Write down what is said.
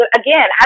again